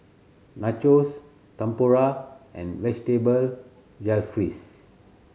Nachos Tempura and Vegetable Jalfrezi